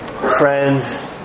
friends